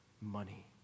Money